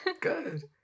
Good